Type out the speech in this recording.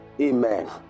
Amen